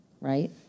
Right